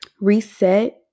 reset